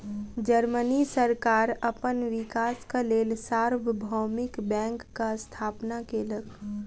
Germany सरकार अपन विकासक लेल सार्वभौमिक बैंकक स्थापना केलक